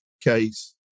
Case